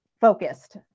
focused